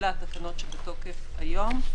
אלה התקנות שבתוקף היום.